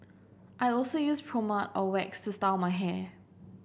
I also use pomade or wax to style my hair